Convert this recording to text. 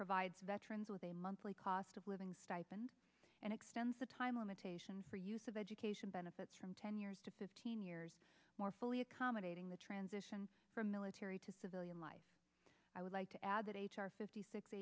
provides veterans with a monthly cost of living stipend and extends the time limitation for use of education benefits from ten years to fifteen years more fully accommodating the transition from military to civilian life i would like to add that h r fifty six